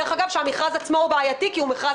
דרך אגב, המכרז עצמו בעייתי כי הוא מכרז